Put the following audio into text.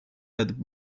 had